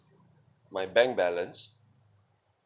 my bank balance